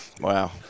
Wow